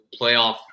playoff